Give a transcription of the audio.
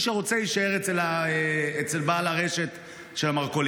ומי שרוצה יישאר אצל בעל רשת המרכולים.